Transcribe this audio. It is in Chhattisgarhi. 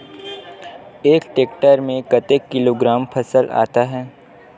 एक टेक्टर में कतेक किलोग्राम फसल आता है?